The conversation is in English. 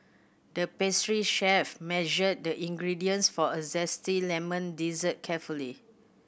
the pastry chef measured the ingredients for a zesty lemon dessert carefully